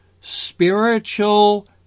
spiritual